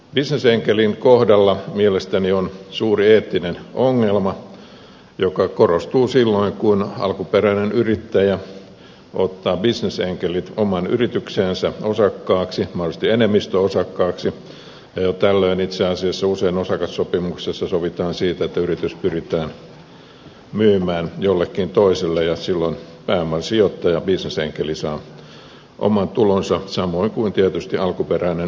bisnesenkelin kohdalla mielestäni on suuri eettinen ongelma joka korostuu silloin kun alkuperäinen yrittäjä ottaa bisnesenkelit oman yrityksensä osakkaaksi mahdollisesti enemmistöosakkaaksi ja jo tällöin itse asiassa usein osakassopimuksessa sovitaan siitä että yritys pyritään myymään jollekin toiselle ja silloin pääoman sijoittaja bisnesenkeli saa oman tulonsa samoin kuin tietysti alkuperäinen yrittäjäkin